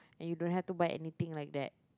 and you don't have to buy anything like that